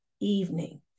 evening